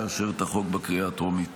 לאשר את החוק בקריאה הטרומית.